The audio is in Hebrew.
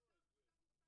עבדנו כבר והתקדמנו.